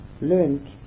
learned